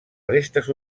restes